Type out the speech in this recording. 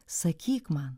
sakyk man